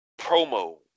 promo